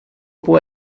può